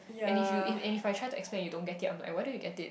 and if you and if I try to explain and you don't get it I'm like why don't you get it